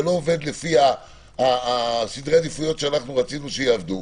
לא עובד לפי סדרי העדיפויות שאנחנו רצינו שיעבדו,